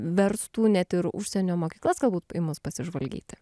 verstų net ir užsienio mokyklas galbūt į mus pasižvalgyti